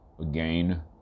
again